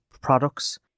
products